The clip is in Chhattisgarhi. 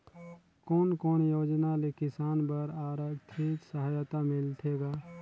कोन कोन योजना ले किसान बर आरथिक सहायता मिलथे ग?